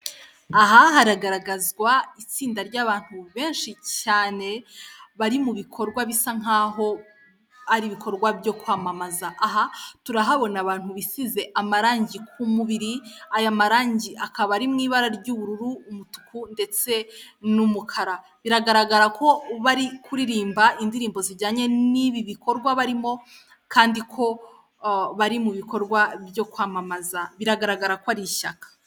Aha haragaragazwa itsinda ry'abantu benshi cyane bari mu bikorwa bisa nk'aho ari ibikorwa byo kwamamaza, aha turahabona abantu bisize amarangi ku mubiri aya marangi akaba ari mu ibara ry'ubururu, umutuku, ndetse n'umukara. Biragaragara ko bari kuririmba indirimba zijyanye n'ibi bikorwa barimo kandi ko bari mu bikorwa byo kwamamaza biragaragara ko ari ishyaka.